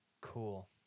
Cool